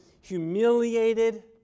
humiliated